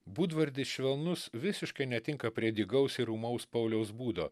būdvardis švelnus visiškai netinka prie dygaus ir ūmaus pauliaus būdo